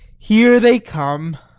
here they come.